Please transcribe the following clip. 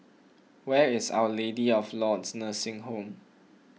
where is Our Lady of Lourdes Nursing Home